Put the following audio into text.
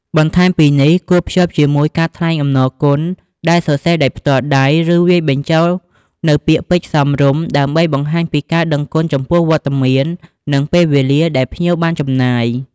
បន្ថែមពីនេះ គួរ ភ្ជាប់ជាមួយកាតថ្លែងអំណរគុណ ដែលសរសេរដោយផ្ទាល់ដៃ ឬវាយបញ្ចូលនូវពាក្យពេចន៍សមរម្យ ដើម្បីបង្ហាញពីការដឹងគុណចំពោះវត្តមាន និងពេលវេលាដែលភ្ញៀវបានចំណាយ។